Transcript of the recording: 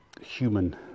human